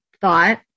thought